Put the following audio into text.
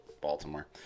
Baltimore